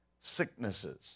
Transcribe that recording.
sicknesses